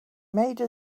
made